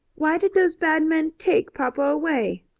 why did those bad men take papa away?